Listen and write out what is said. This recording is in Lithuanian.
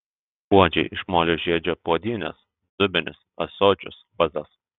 puodžiai iš molio žiedžia puodynes dubenis ąsočius vazas